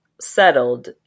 settled